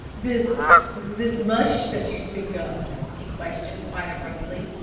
this this mush that you speak of? he questioned quite abruptly.